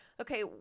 Okay